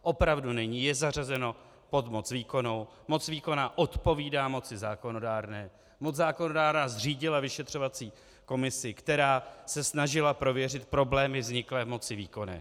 Opravdu není, je zařazeno pod moc výkonnou, moc výkonná odpovídá moci zákonodárné, moc zákonodárná zřídila vyšetřovací komisi, která se snažila prověřit problémy vzniklé v moci výkonné.